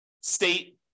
state